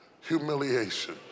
humiliation